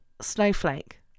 Snowflake